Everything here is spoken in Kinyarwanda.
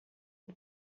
ubu